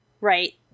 right